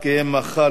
יום רביעי,